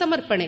ಸಮರ್ಪಣೆ